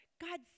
God